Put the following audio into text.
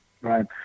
right